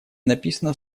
написано